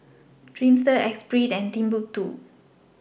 Dreamster Esprit and Timbuk two